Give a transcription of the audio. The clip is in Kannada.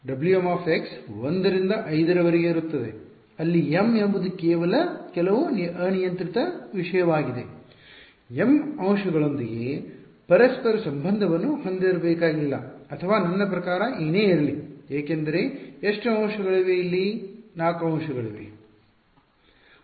Wm 1 ರಿಂದ 5 ರವರೆಗೆ ಇರುತ್ತದೆ ಅಲ್ಲಿ m ಎಂಬುದು ಕೆಲವು ಅನಿಯಂತ್ರಿತ ವಿಷಯವಾಗಿದೆ m ಅಂಶಗಳೊಂದಿಗೆ ಪರಸ್ಪರ ಸಂಬಂಧವನ್ನು ಹೊಂದಿರಬೇಕಾಗಿಲ್ಲ ಅಥವಾ ನನ್ನ ಪ್ರಕಾರ ಏನೇ ಇರಲಿ ಏಕೆಂದರೆ ಎಷ್ಟು ಅಂಶಗಳಿವೆ ಇಲ್ಲಿ 4 ಅಂಶಗಳಿವೆ